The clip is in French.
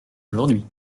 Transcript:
aujourd’hui